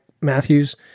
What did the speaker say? Matthews